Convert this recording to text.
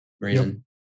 reason